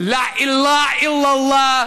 תדעו לכם שלא יעזור לכם.